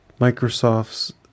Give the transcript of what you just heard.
Microsoft's